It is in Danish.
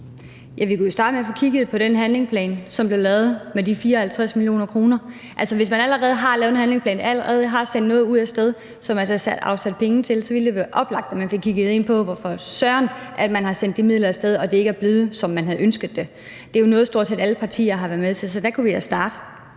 Vi kunne jo starte med at få kigget på den handleplan, som blev lavet, med de 54 mio. kr. Altså, hvis man allerede har lavet en handleplan og allerede har sendt noget af sted, som der altså er afsat penge til, ville det være oplagt, at man fik kigget på, hvorfor søren man har sendt de midler af sted og det ikke er blevet, som man havde ønsket det. Det er jo noget, stort set alle partier har været med til, så der kunne vi da starte.